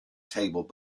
table